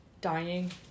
dying